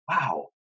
Wow